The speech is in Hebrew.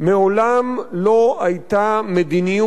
מעולם לא היתה מדיניות